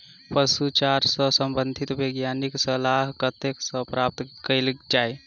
पशु चारा सऽ संबंधित वैज्ञानिक सलाह कतह सऽ प्राप्त कैल जाय?